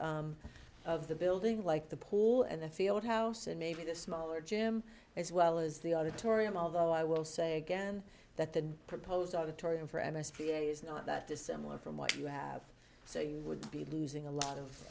of the building like the pool and the field house and maybe the smaller gym as well as the auditorium although i will say again that the proposed auditory infor m s p is not that dissimilar from what you have so you would be losing a lot